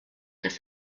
dass